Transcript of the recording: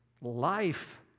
life